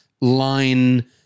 line